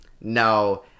No